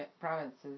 provinces